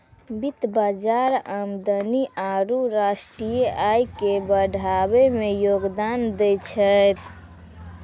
वित्त बजार आदमी आरु राष्ट्रीय आय के बढ़ाबै मे योगदान दै छै